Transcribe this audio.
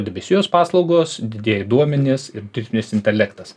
debesijos paslaugos didieji duomenys ir dirbtinis intelektas